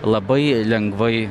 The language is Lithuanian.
labai lengvai